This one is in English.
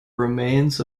remains